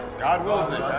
god wills it!